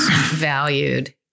valued